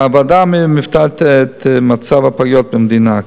הוועדה מיפתה את מצב הפגיות במדינה.